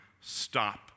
Stop